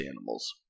animals